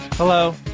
Hello